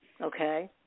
okay